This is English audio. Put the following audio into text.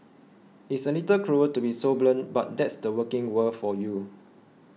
it's a little cruel to be so blunt but that's the working world for you